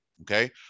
Okay